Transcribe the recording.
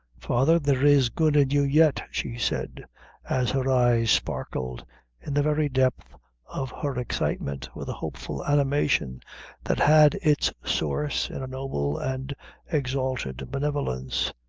father, there is good in you yet, she said as her eyes sparkled in the very depth of her excitement, with a hopeful animation that had its source in a noble and exalted benevolence,